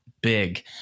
big